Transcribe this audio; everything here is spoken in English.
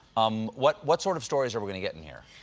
um what what sort of stories are we going to get in here?